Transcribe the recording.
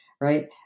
right